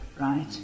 right